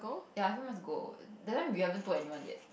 ya a few months ago that time we haven't told anyone yet